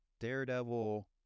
Daredevil